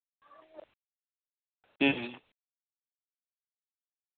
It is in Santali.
ᱦᱩᱸ